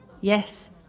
Yes